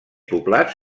poblats